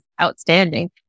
outstanding